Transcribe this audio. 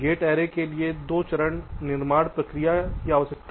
gate array के लिए दो चरण निर्माण प्रक्रिया की आवश्यकता होती है